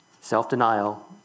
Self-denial